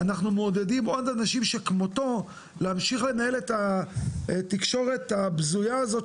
אנחנו מעודדים עוד אנשים שכמותו להמשיך לנהל את התקשורת הבזויה הזו,